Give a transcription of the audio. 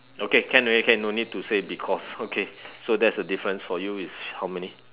okay can already can no need to say because okay so that's a difference for you is how many